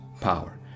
power